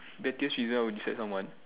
pettiest reason I would dislike someone